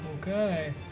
Okay